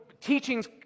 teachings